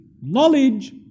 knowledge